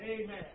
Amen